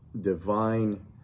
divine